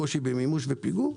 את הקושי במימוש ופיגור,